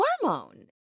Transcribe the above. hormone